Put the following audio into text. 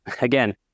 again